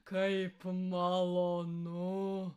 kaip malonu